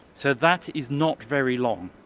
so that is not very long.